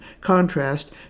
contrast